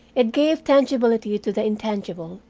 it gave tangibility to the intangible,